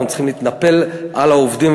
אנחנו צריכים להתנפל על העובדים.